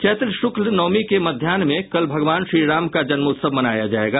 चैत्र शुल्क नौवीं के मध्यान में कल भगवान श्रीराम का जन्मोत्सव मनाया जायेगा